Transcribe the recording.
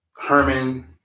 Herman